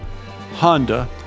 Honda